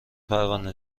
پروانه